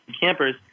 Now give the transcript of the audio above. campers